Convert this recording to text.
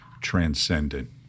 transcendent